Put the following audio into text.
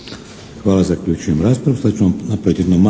Hvala. Zaključujem raspravu.